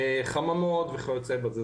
חממות וכיוצא בזה.